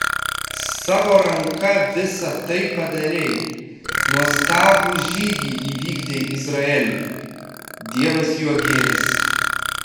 savo ranka visa tai padarei nuostabų žygį įvykdei izraeliui dievas juo gėrisi